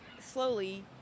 slowly